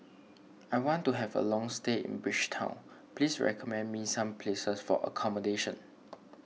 I want to have a long stay in Bridgetown please recommend me some places for accommodation